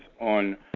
on